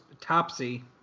Topsy